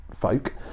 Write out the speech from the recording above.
folk